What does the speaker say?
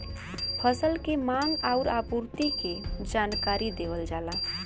फसल के मांग आउर आपूर्ति के जानकारी देवल जाला